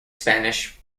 spanish